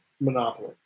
Monopoly